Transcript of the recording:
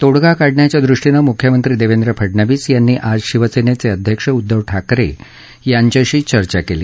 तोडगा काढण्याच्या दृष्टीन मुख्यमंत्री देवेंद्र फडनवीस यांनी आज शिवसेनेचे अध्यक्ष उद्धव ठाकरे यांच्यांशी चर्चा केली